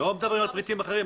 לא מדברים על פריטים אחרים.